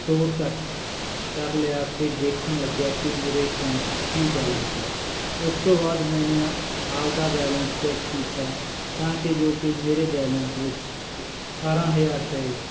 store ਕਰ ਕਰ ਲਿਆ ਅਤੇ ਦੇਖਣ ਲੱਗਿਆ ਕਿ ਮੇਰੇ ਅਕਾਊਂਟ 'ਚ ਕੀ ਬੈਲੈਂਸ ਹੈ ਇਸ ਤੋਂ ਬਾਅਦ ਮੈਨੇ ਆ ਆਪਣਾ ਬੈਲੈਂਸ ਚੈੱਕ ਕੀਤਾ ਤਾਂ ਕਿ ਜੋ ਕਿ ਮੇਰੇ ਬੈਲੈਂਸ ਵਿੱਚ ਅਠਾਰ੍ਹਾਂ ਹਜ਼ਾਰ ਰੁਪਏ